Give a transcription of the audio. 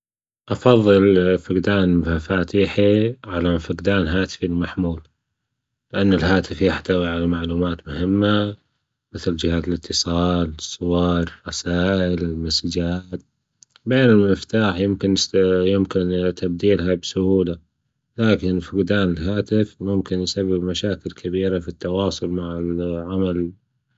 أفضل فجدان مفاتيحي على فجدان هاتفي المحمول، لأن الهاتف يحتوي على معلومات مهمة مثل: جهات الإتصال، الصور، رسائل، المسجات، بينما المفتاح يمكن يمكن تبديلها بسهولة، لكن فجدان الهاتف ممكن يسبب مشاكل كبيرة في التواصل مع العمل.